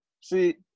See